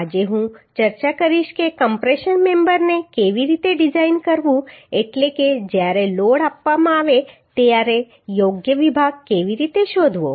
આજે હું ચર્ચા કરીશ કે કમ્પ્રેશન મેમ્બરનેcompressi કેવી રીતે ડિઝાઇન કરવું એટલે કે જ્યારે લોડ આપવામાં આવે ત્યારે યોગ્ય વિભાગ કેવી રીતે શોધવો